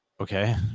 Okay